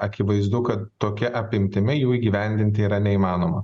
akivaizdu kad tokia apimtimi jų įgyvendinti yra neįmanoma